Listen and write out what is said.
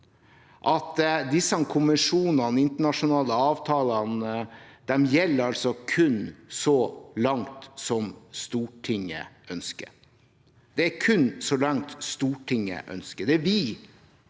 at disse konvensjonene og internasjonale avtalene kun gjelder så langt som Stortinget ønsker. Det er kun så langt Stortinget ønsker – det er vi,